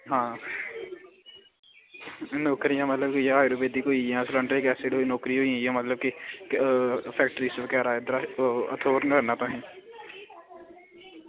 नौकरियां मतलब की आयूर्वेदिक होइयां ते जियां फैक्टरी बगैरा नौकरी होई होर सनाना तुसेंगी